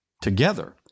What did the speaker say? Together